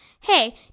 Hey